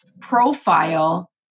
profile